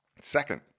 Second